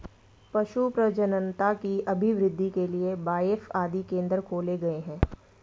पशु प्रजननता की अभिवृद्धि के लिए बाएफ आदि केंद्र खोले गए हैं